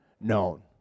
known